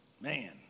Man